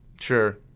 Sure